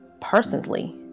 personally